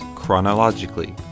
chronologically